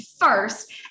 first